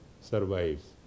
survives